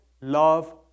love